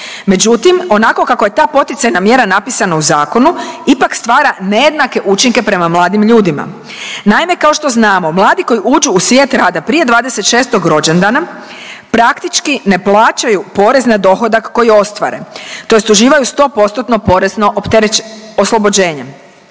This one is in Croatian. Međutim, onako kako je ta poticajna mjera napisana u zakonu, ipak stvara nejednake učinke prema mladim ljudima. Naime, kao što znamo, mladi koji uđu u svijet rada prije 26. rođendana praktički ne plaćaju porez na dohodak koji ostvare, tj. uživaju 100%-tno porezno